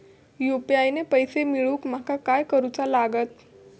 UPI ने पैशे मिळवूक माका काय करूचा लागात?